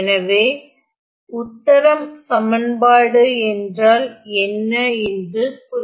எனவே உத்தரம் சமன்பாடு என்றால் என்ன என்று குறிப்பிட்டு விடுகிறேன்